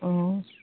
অঁ